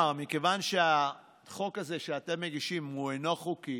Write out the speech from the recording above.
אמר: מכיוון שהחוק הזה שאתם מגישים אינו חוקי,